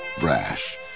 brash